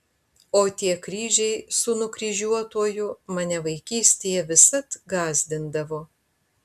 o tie kryžiai su nukryžiuotuoju mane vaikystėje visad gąsdindavo